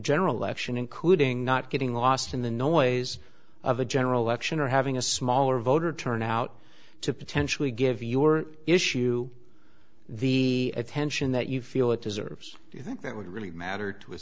general election including not getting lost in the noise of a general election or having a smaller voter turn out to potentially give your issue the attention that you feel it deserves do you think that would really matter to